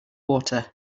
water